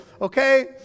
Okay